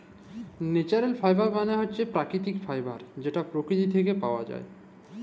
ল্যাচারেল ফাইবার মালে হছে পাকিতিক ফাইবার যেট পকিতি থ্যাইকে পাউয়া যায়